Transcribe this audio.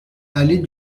allée